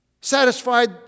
satisfied